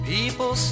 People